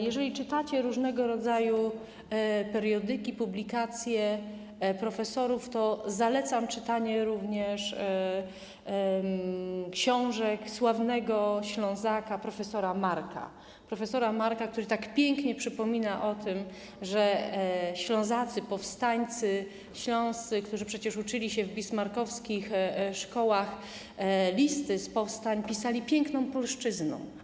Jeżeli czytacie różnego rodzaju periodyki, publikacje profesorów, to zalecam czytanie również książek sławnego Ślązaka, prof. Marka, który tak pięknie przypomina o tym, że Ślązacy, powstańcy śląscy, którzy przecież uczyli się w bismarckowskich szkołach, listy z powstań pisali piękną polszczyzną.